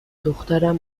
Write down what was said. دخترم